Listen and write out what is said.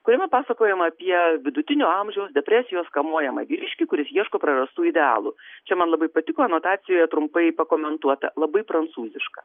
kuriame pasakojama apie vidutinio amžiaus depresijos kamuojamą vyriškį kuris ieško prarastų idealų čia man labai patiko anotacijoje trumpai pakomentuota labai prancūziška